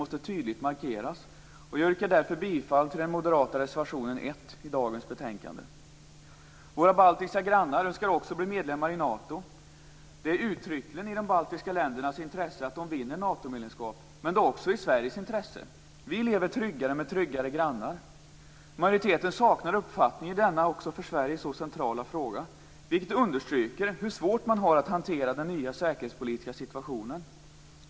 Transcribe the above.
Jag yrkar därför bifall till den moderata reservationen nr 1 i dagens betänkande. Våra baltiska grannar önskar också bli medlemmar i Nato. Det är uttryckligen i de baltiska ländernas intresse att de vinner Nato-medlemskap, men det är också i Sveriges intresse. Vi lever tryggare med tryggare grannar. Majoriteten saknar uppfattning i denna också för Sverige så centrala fråga, vilket understryker hur svårt man har att hantera den nya säkerhetspolitiska situationen.